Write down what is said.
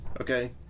okay